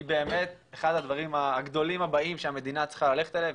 היא באמת אחד הדברים הגדולים הבאים שהמדינה צריכה ללכת אליהם.